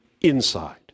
inside